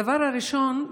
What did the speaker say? הדבר הראשון: